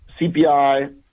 CPI